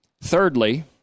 Thirdly